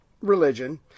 Religion